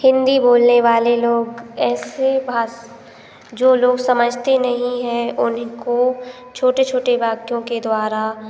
हिंदी बोलने वाले लोग ऐसे भास जो लोग समझते नहीं है उनको छोटे छोटे वाक्यों के द्वारा